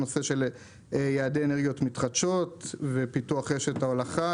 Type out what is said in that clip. יעדי אנרגיות מתחדשות ופיתוח רשת ההולכה.